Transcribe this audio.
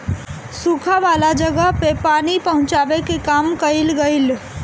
सुखा वाला जगह पे पानी पहुचावे के काम कइल गइल